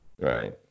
right